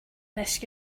miss